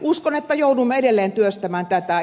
uskon että joudumme edelleen työstämään tätä